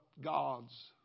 God's